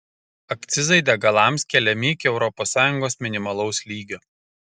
akcizai degalams keliami iki europos sąjungos minimalaus lygio